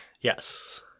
Yes